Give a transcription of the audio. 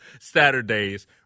Saturdays